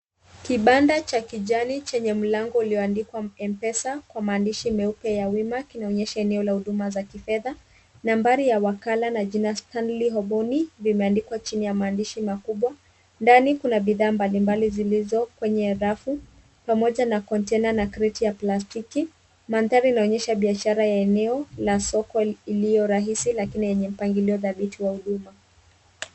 Kibanda cha kijani chenye mlango ulioandikwa M-Pesa kwa maandishi meupe ya wima kinaonyesha eneo la huduma za kifedha, nambari ya wakala, na jina Stanley Hoboni Iimeandikwa chini ya maandishi makubwa, ndani kuna bidhaa mbalimbali zilizo kwenye rafu, pamoja na kontena na kreti ya plastiki, mandhari inaonyesha biashara ya eneo, la soko iliyo rahisi lakini yenye mpangilio dhabiti wa huduma.